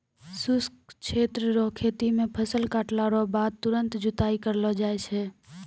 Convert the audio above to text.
शुष्क क्षेत्र रो खेती मे फसल काटला रो बाद तुरंत जुताई करलो जाय छै